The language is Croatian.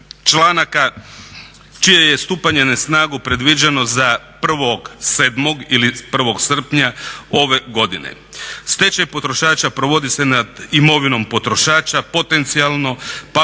članaka čije je stupanje na snagu predviđeno za 1.7. ili 1. srpnja ove godine. Stečaj potrošača provodi se nad imovinom potrošača, potencijalno pak